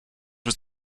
was